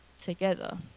together